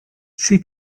she